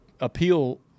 appeal